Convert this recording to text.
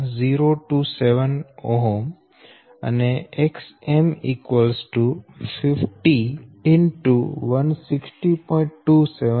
027 Xm 50 X 160